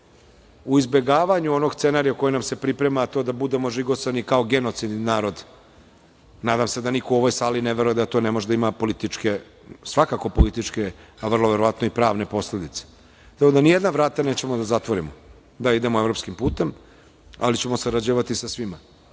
u izbegavanju onog scenarija koji nam se priprema, a to je da budemo žigosani kao genocidni narod? Nadam se da niko u ovoj sali ne veruje da to ne može da ima političke, svakako političke a vrlo verovatno i pravne posledice. Ni jedna vrata nećemo da zatvorimo, da, idemo evropskim putem, ali ćemo sarađivati sa svima.